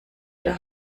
der